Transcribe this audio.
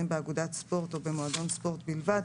באגודת ספורט או במועדון ספורט בלבד,